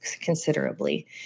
considerably